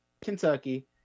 Kentucky